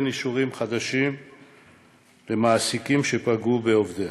אישורים חדשים למעסיקים שפגעו בעובדיהם,